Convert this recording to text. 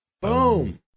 Boom